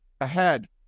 ahead